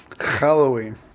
Halloween